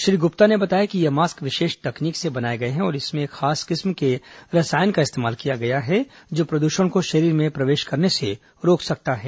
श्री गुप्ता ने बताया कि ये मास्क विशेष तकनीक से बनाए गए हैं और इनमें एक खास किस्म के रसायन का इस्तेमाल किया गया है जो प्रद्षण को शरीर में प्रवेश करने से रोक सकता है